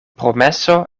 promeso